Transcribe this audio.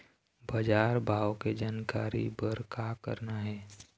बजार भाव के जानकारी बर का करना हे?